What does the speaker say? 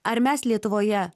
ar mes lietuvoje